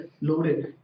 loaded